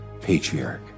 patriarch